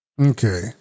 Okay